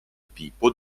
tipo